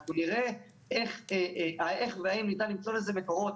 אנחנו נראה איך והאם ניתן למצוא לזה מקורות